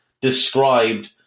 described